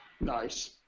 Nice